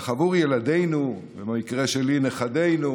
אך עבור ילדינו, במקרה שלי נכדינו,